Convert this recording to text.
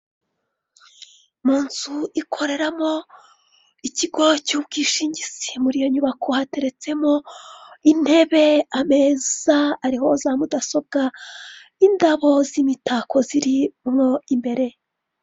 Mu nzu ikoreraro ikigo cy'ubwishingizi. Muri iyo nyubako hateretsemo intebe, ameza ariho za mudasobwa, indabo z'imitako ziri mo imbere.